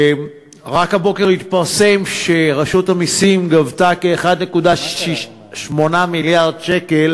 רק הבוקר התפרסם שרשות המסים גבתה כ-1.8 מיליארד שקל